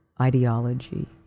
ideology